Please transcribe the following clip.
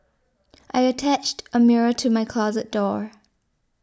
I attached a mirror to my closet door